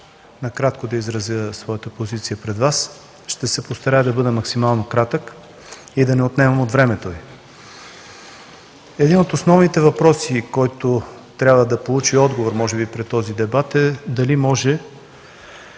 накратко да изразя своята позиция пред Вас. Ще се постарая да бъда максимално кратък и да не отнемам от времето Ви. Един от основните въпроси, който трябва да получи отговор може би при този дебат, е дали можем